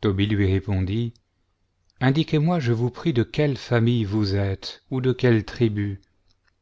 tobie lui répondit indiquez-moi je vous prie de quelle famille vous êtes ou de quelle tribu